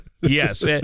Yes